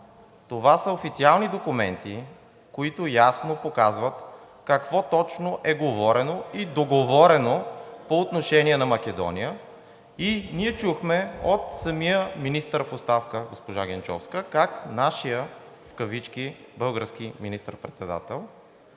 Това са официални документи, които ясно показват какво точно е говорено и договорено по отношение на Македония. Ние чухме от самия министър в оставка – госпожа Генчовска, как нашият в кавички български министър-председател